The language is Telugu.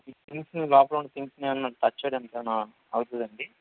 థింగ్స్ని లోపల ఉండే థింగ్స్ని ఏమైనా టచ్ చేయడానికి ఏమైనా అవుతుందా అండి